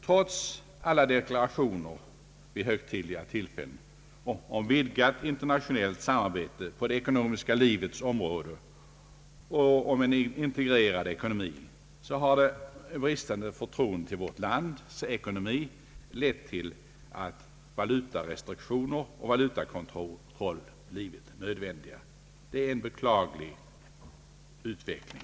Trots alla deklarationer vid högtidliga tillfällen om vidgat internationellt samarbete på det ekonomiska livets område och om integrerad ekonomi, har det bristande förtroendet för vårt lands ekonomi lett till att valutarestriktioner och valutakontroll blivit nödvändiga. Detta är en beklaglig utveckling.